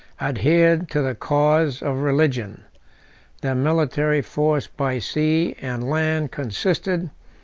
adhered to the cause of religion their military force by sea and land consisted,